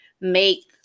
make